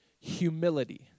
humility